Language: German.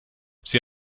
sie